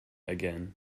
again